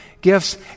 gifts